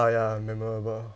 ya memorable